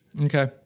Okay